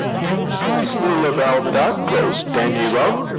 you be still about that ghost, danny rugg!